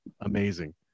amazing